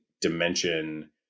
dimension